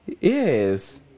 yes